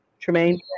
Tremaine